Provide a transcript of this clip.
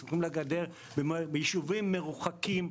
סמוכים לגדר בישובים מרוחקים,